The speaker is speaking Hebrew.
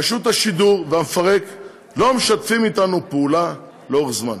רשות השידור והמפרק לא משתפים אתנו פעולה לאורך זמן.